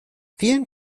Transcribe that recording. vielen